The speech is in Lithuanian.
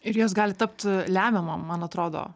ir jos gali tapti lemiamom man atrodo